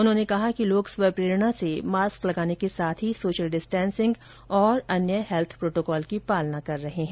उन्होंने कहा कि लोग स्वप्रेरणा से मास्क लगाने के साथ ही सोशल डिस्टेसिंग और अन्य हैल्थ प्रोटोकॉल की पालना कर रहे हैं